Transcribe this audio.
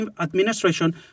administration